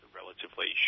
relatively